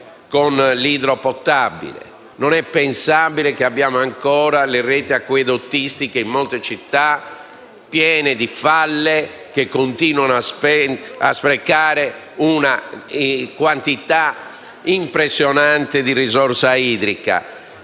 Non è pensabile che abbiamo ancora in molte città le reti acquedottistiche piene di falle, che continuano a sprecare una quantità impressionante di risorsa idrica,